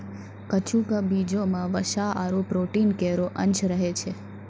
कद्दू क बीजो म वसा आरु प्रोटीन केरो अंश रहै छै